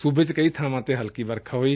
ਸੁਬੇ ਚ ਕਈ ਬਾਵਾਂ ਤੇ ਹਲਕੀ ਵਰਕਾ ਹੋਈ